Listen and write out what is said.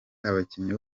abakinnyi